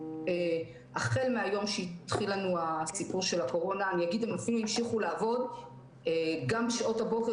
אני חייבת גם להגיד שאפו גדול למנהלי הפנימיות של משרד הרווחה